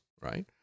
right